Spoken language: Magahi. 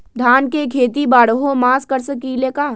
धान के खेती बारहों मास कर सकीले का?